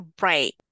right